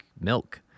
milk